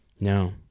No